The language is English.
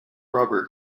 rubber